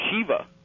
Shiva